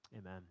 Amen